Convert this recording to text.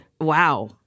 Wow